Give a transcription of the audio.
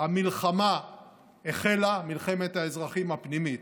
המלחמה החלה, מלחמת האזרחים הפנימית: